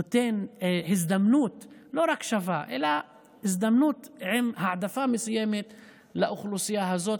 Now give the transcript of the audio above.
שנותן לא רק הזדמנות שווה אלא הזדמנות עם העדפה מסוימת לאוכלוסייה הזאת.